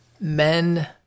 men